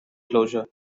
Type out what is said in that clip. closure